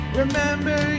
remember